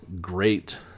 great